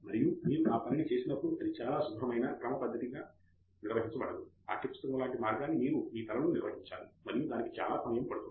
మరియు మీరు ఆ పని చేసినప్పుడు అది చాలా శుభ్రమైన క్రమబద్ధంగా నిర్వహించబడదు పాఠ్యపుస్తకము లాంటి మార్గాన్ని మీరు మీ తలలో నిర్వహించాలి మరియు దానికి చాలా సమయం పడుతుంది